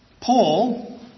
Paul